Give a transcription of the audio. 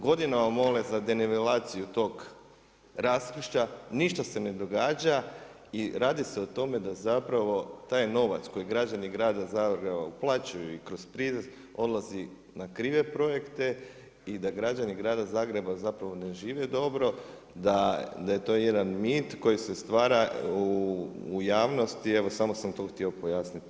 Godinama mole za denivelaciju tog raskršća, ništa se ne događa i radi se o tome da zapravo taj novac koji građani grada Zagreba uplaćuju i kroz prirez, odlazi na krive projekte i da građani grada Zagreba zapravo ne žive dobro, da je to jedan mit koji se stvara u javnosti, evo samo sam to htio pojasniti.